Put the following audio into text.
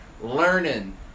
learning